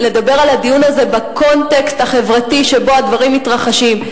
לדבר על הדיון הזה בקונטקסט החברתי שבו הדברים מתרחשים.